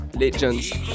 Legends